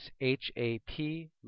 H-A-P